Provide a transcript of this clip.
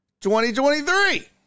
2023